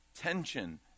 tension